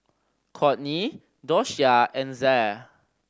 Cortney Doshia and Zaire